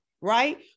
right